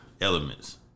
Elements